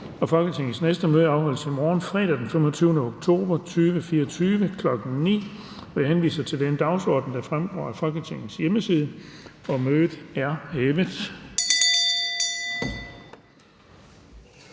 Folketingets næste møde afholdes i morgen, fredag den 25. oktober 2024, kl. 9.00. Jeg henviser til den dagsorden, der fremgår af Folketingets hjemmeside. Mødet er hævet.